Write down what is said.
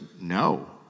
no